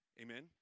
Amen